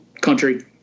country